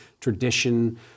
tradition